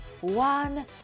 one